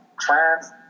trans